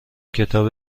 کتاب